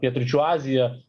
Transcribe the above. pietryčių azija